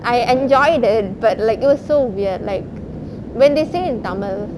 I enjoyed it but like it was so weird like when they say in tamil